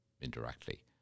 indirectly